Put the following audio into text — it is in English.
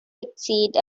exceed